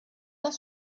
das